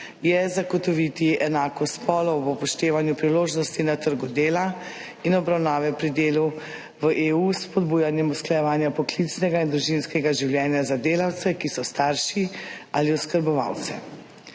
je zagotoviti enakost spolov ob upoštevanju priložnosti na trgu dela in obravnave pri delu v EU s spodbujanjem usklajevanja poklicnega in družinskega življenja za delavce, ki so starši, ali oskrbovalce.